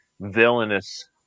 villainous